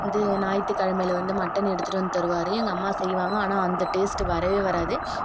வந்து ஞாயிற்று கிழமையில் வந்து மட்டன் எடுத்துகிட்டு வந்து தருவார் எங்கம்மா செய்வாங்க ஆனால் அந்த டேஸ்ட் வரவே வராது